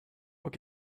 what